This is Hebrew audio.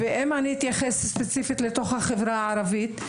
ואם אני אתייחס ספציפית לחברה ערבית,